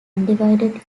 undivided